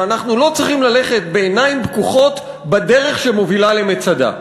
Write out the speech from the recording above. שאנחנו לא צריכים ללכת בעיניים פקוחות בדרך שמובילה למצדה.